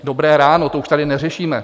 Dobré ráno, to už tady neřešíme.